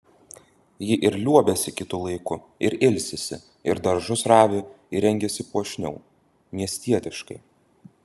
ji ir liuobiasi kitu laiku ir ilsisi ir daržus ravi ir rengiasi puošniau miestietiškai